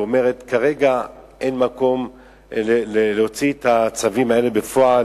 ואומרת: כרגע אין מקום להוציא את הצווים האלה לפועל,